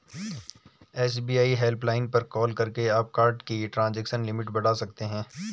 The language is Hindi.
एस.बी.आई हेल्पलाइन पर कॉल करके आप कार्ड की ट्रांजैक्शन लिमिट बढ़ा सकते हैं